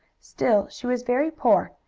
still she was very poor,